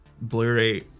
Blu-ray